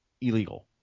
illegal